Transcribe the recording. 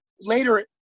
Later